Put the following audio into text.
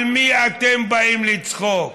על מי אתם באים לצחוק?